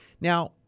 Now